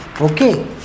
okay